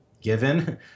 given